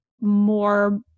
more